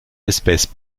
espèces